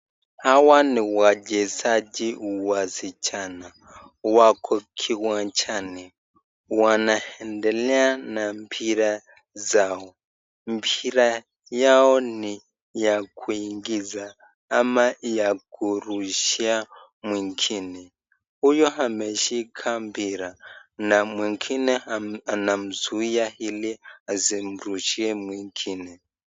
Hawa ni wachezaji wasichana wako kiwanjani, wanendelea na mpira zao, mpira yao ni ya kuingiza ama ya kurushia mwingine, huyo ameshika mpira na mwingine anamzuia ili asimrushie mwingine.